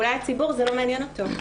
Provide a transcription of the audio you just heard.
אולי זה לא מעניין את הציבור?